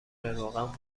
روغن